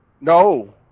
No